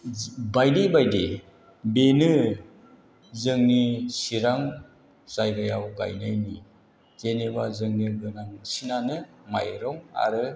बायदि बायदि बेनो जोंनि चिरां जायगायाव गायनायनि जेनेबा जोंनि गोनांसिनानो माइरं आरो